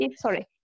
sorry